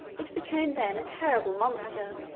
it became then a terrible monster,